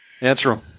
Answer